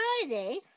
Friday